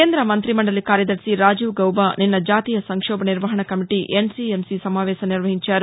కేంద మం్రిమండలి కార్యదర్శి రాజీవ్ గౌబ నిన్న జాతీయ సంక్షోభ నిర్వహణ కమిటీ ఎన్సిఎంసీ సమావేశం నిర్వహించారు